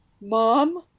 Mom